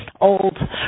old